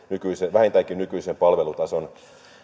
vähintäänkin nykyisen palvelutason